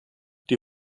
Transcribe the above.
die